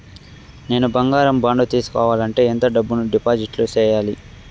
నేను బంగారం బాండు తీసుకోవాలంటే ఎంత డబ్బును డిపాజిట్లు సేయాలి?